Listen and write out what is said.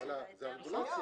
זה הרגולטור.